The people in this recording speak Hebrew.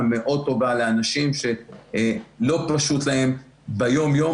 מאוד טובה לאנשים שלא פשוט להם ביום-יום,